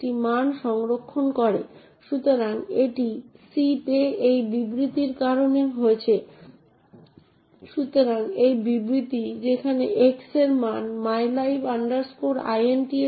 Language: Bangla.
হাত হল প্যাসিভ এলিমেন্ট এবং তথ্য সঞ্চয় করতে ব্যবহৃত হয় তাই সেগুলি ফাইল বা প্রোগ্রাম বা অন্য যেকোন জিনিসের মতো হতে পারে তাই উদাহরণস্বরূপ একটি প্রোগ্রাম একটি বস্তু হতে পারে এবং সেই নির্দিষ্ট প্রোগ্রামটি কে চালাতে পারে তা নির্ধারণ করার জন্য আপনার অ্যাক্সেস নিয়ন্ত্রণ নীতি থাকতে পারে